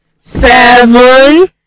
seven